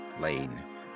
Lane